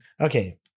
Okay